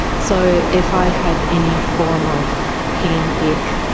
so if i had any form of pain, ache,